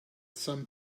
some